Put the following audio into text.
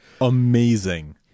amazing